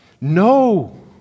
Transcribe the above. No